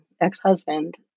ex-husband